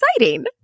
exciting